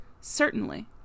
Certainly